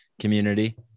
community